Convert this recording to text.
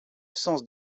sens